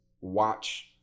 watch